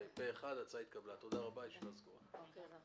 מי נגד?